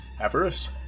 Avarice